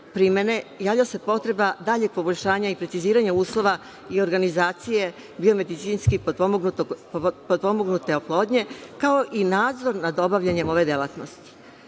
javlja se potreba daljeg poboljšanja i preciziranja uslova i organizacije biomedicinski potpomognute oplodnje kao i nadzor nad obavljanjem ove delatnosti.U